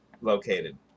located